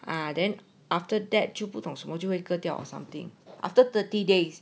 ah then after that 就不同什么就割掉 or something after thirty days